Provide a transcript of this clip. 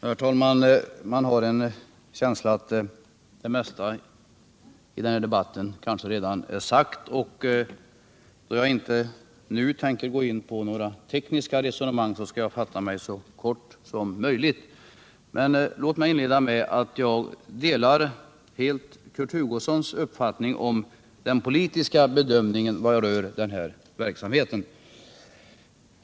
Herr talman! Man har en känsla av att det mesta i den här debatten redan är sagt, och då jag inte nu tänker gå in på några tekniska resonemang skall jag fatta mig så kort som möjligt. Låt mig inleda med att säga att jag helt delar Kurt Hugossons uppfattning om den politiska bedömningen rörande den här verksamheten.